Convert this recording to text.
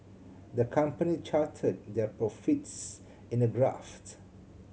the company charted their profits in a graph